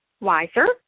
wiser